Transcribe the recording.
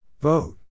Vote